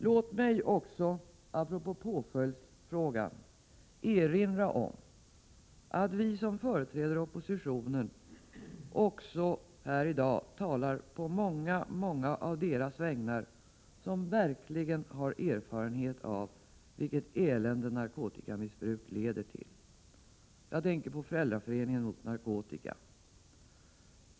Låt mig också apropå påföljdsfrågan erinra om att vi som företräder oppositionen också här i dag talar på deras vägnar som verkligen har erfarenhet av vilket elände narkotikamissbruk leder till. Jag tänker på Föräldraföreningen mot narkotika.